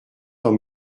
dans